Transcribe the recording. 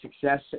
success